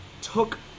took